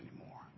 anymore